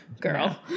Girl